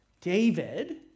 David